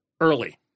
early